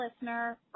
listener